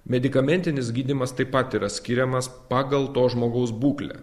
medikamentinis gydymas taip pat yra skiriamas pagal to žmogaus būklę